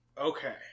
Okay